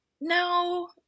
No